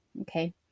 okay